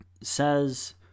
says